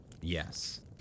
yes